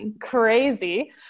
Crazy